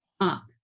up